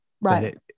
right